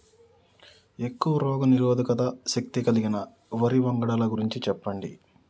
ఎక్కువ రోగనిరోధక శక్తి కలిగిన వరి వంగడాల గురించి చెప్పండి?